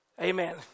Amen